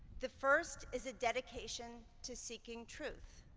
the first is a dedication to seeking truth.